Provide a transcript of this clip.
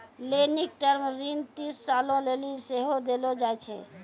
लेनिक टर्म ऋण तीस सालो लेली सेहो देलो जाय छै